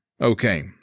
Okay